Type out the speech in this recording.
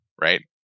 right